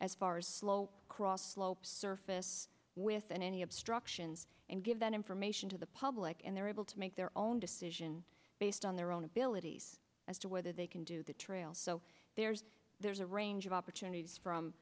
as far as slow cross slope surface with and any obstructions and give that information to the public and they're able to make their own decision based on their own abilities as to whether they can do the trails so there's there's a range of opportunities from